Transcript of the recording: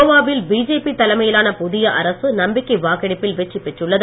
கோவாவில் பிஜேபி தலைமையிலான புதிய அரசு நம்பிக்கை வாக்கெடுப்பில் வெற்றிபெற்றுள்ளது